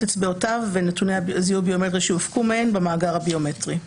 אצבעותיו ואת נתוני הזיהוי הביומטרי שהונפקו מהן במאגר הביומטרי.